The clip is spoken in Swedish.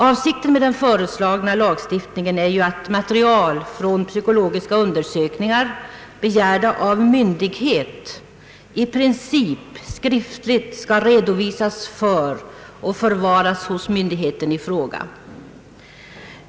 Avsikten med den föreslagna lagstiftningen är att material från psykologiska undersökningar, begärda av myndighet, i princip skriftligt skall redovisas och förvaras hos myndigheten i fråga.